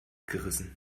gerissen